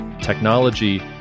technology